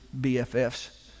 BFFs